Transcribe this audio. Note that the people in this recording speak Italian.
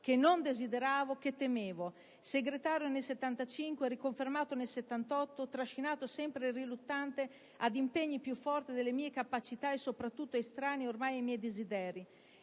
che non desideravo, che temevo: Segretario nel 1975; riconfermato nel 1978: trascinato sempre riluttante ad impegni più forti delle mie capacità e soprattutto estranei ormai ai miei desideri.